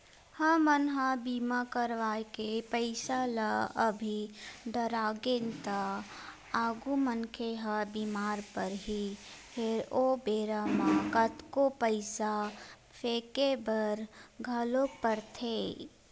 हमन ह बीमा करवाय के पईसा ल अभी डरागेन त आगु मनखे ह बीमार परही फेर ओ बेरा म कतको पईसा फेके बर घलोक परथे